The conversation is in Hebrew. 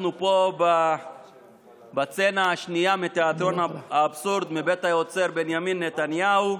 אנחנו פה בסצנה השנייה מתיאטרון האבסורד מבית היוצר של בנימין נתניהו,